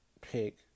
pick